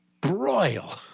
broil